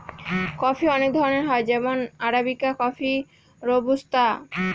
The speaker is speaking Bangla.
কফি অনেক ধরনের হয় যেমন আরাবিকা কফি, রোবুস্তা